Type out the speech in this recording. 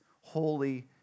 holy